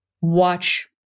watch